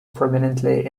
prominently